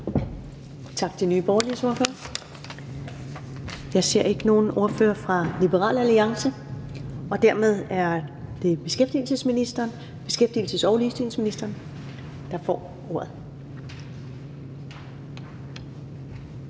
Tak til Nye Borgerliges ordfører. Jeg ser ikke nogen ordfører fra Liberal Alliance, og dermed er det beskæftigelses- og ligestillingsministeren, der får ordet.